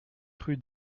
rue